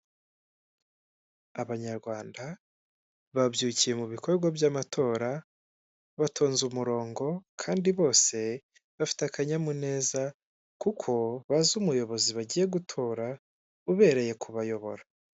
Ikigaragara iyi ni ifoto yifashishwa mu kwamamaza ya Rwanda reveni otoriti yerekana ko ugomba kwishyura imisoro n'amahoro, bitarenze itariki mirongo itatu n'imwe z'ukwa cumi n'abiri bibiri na makumyabiri na kane.